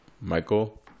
Michael